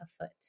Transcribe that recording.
afoot